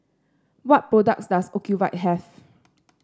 what products does Ocuvite have